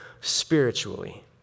spiritually